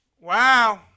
Wow